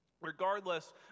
Regardless